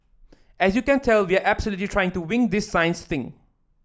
as you can tell we are absolutely trying to wing this science thing